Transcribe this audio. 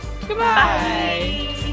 Goodbye